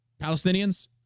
Palestinians